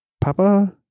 Papa